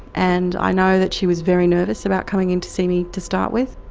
and i know that she was very nervous about coming in to see me to start with.